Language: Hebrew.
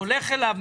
הולך אליו,